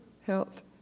health